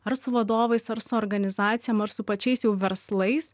ar su vadovais ar su organizacijom ar su pačiais jau verslais